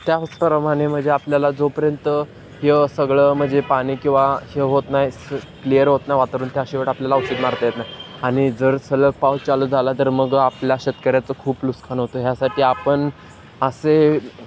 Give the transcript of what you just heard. त्याच प्रमाणे म्हणजे आपल्याला जोपर्यंत ह्य सगळं म्हणजे पाणी किंवा हे होत नाही स क्लियर होत नाही वातावरण त्याशिवाय आपल्याला औषध मारता येत नाही आणि जर सलग पाऊस चालू झाला तर मग आपल्या शेतकऱ्याचं खूप नुकसान होतं ह्यासाठी आपण असे